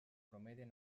prometen